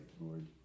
Lord